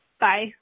Bye